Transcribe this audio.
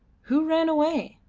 who ran away?